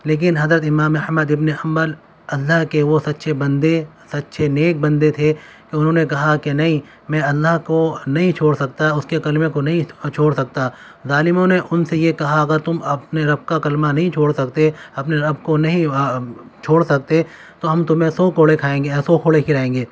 لیکن حضرت امام احمد ابن حنبل اللہ کے وہ سچے بندے سچے نیک بندے تھے کہ انہوں نے کہا کہ نہیں میں اللہ کو نہیں چھوڑ سکتا اس کے کلمہ کو نہیں چھوڑ سکتا ظالموں نے ان سے یہ کہا اگر تم اپنے رب کا کلمہ نہیں چھوڑ سکتے اپنے رب کو نہیں چھوڑ سکتے تو ہم تمہیں سو کوڑے کھائیں گے سو کوڑے کھلائیں گے